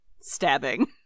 stabbing